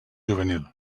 juvenil